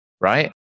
right